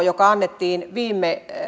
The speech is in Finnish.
joka annettiin viime